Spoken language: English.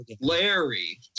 Larry